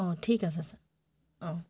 অঁ ঠিক আছে ছাৰ অঁ